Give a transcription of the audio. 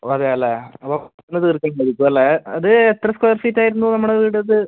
ഓ അതെ അല്ലേ അപ്പോൾ ഇന്ന് തീർക്കണ്ടത് ആയിരിക്കും അല്ലേ അത് എത്ര സ്ക്വയർ ഫീറ്റ് ആയിരുന്നു നമ്മുടെ വീട് അത്